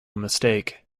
mistake